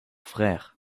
frères